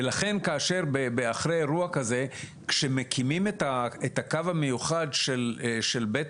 לכן כאשר אחרי אירוע כזה מקימים את הקו המיוחד של בית